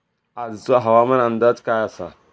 आजचो हवामान अंदाज काय आसा?